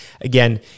Again